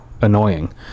annoying